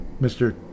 Mr